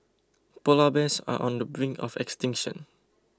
Polar Bears are on the brink of extinction